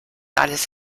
alles